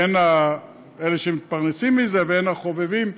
הן אלה שמתפרנסים מזה והן החובבים.